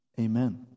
Amen